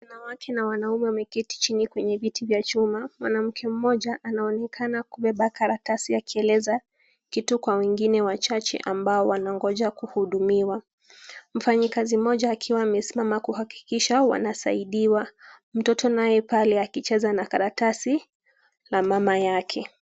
Wanawake na wanaume wameketi chini kwenye viti vya chuma. Mwanamke mmoja anaonekana kubeba karatasi akieleza kitu kwa wengine wachache ambao wanangoja kuhudumiwa. Mfanyikazi mmoja akiwa amesimama kuhakikisha wanasaidiwa, mtoto naye pale akicheza na karatasi la mama yake.